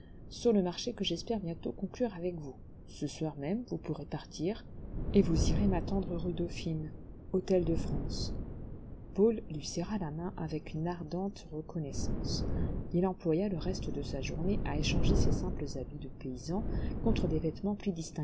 sur le marché que j'espère bientôt conclure avec vous ce soir même vous pourrez partir et vous irez m'attendre rue dauphine hôtel de france paul lui serra la main avec une ardente reconnaissance il employa le reste de sa journée à échanger ses simples habits de paysan contre des vêtements plus